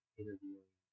interviewing